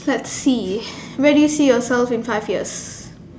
let's see where do you see yourself in five years